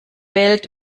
welt